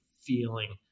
feeling